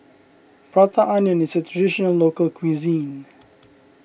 Prata Onion is a Traditional Local Cuisine